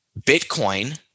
Bitcoin